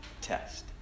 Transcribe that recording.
Test